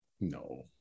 No